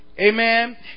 Amen